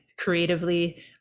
creatively